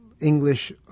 English